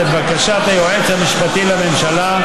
לבקשת היועץ המשפטי לממשלה,